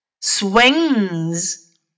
swings